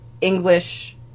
English